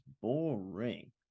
boring